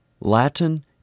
Latin